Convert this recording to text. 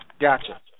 Gotcha